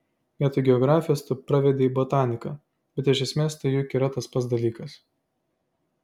vietoj geografijos tu pravedei botaniką bet iš esmės tai juk yra tas pats dalykas